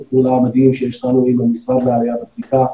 הפעולה המדהים שיש לנו עם המשרד לעלייה וקליטה.